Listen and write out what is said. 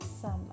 summer